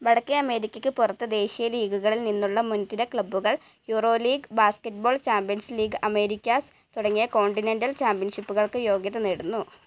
വടക്കേ അമേരിക്കയ്ക്ക് പുറത്ത് ദേശീയ ലീഗുകളിൽ നിന്നുള്ള മുൻതിര ക്ലബ്ബുകൾ Euro league basketball champions league Americas തുടങ്ങിയ കോണ്ടിനെൻറൽ ചാമ്പ്യൻഷിപ്പുകൾക്ക് യോഗ്യത നേടുന്നു